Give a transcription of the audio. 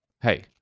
hey